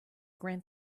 grant